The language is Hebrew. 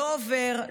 לא עובר,